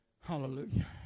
hallelujah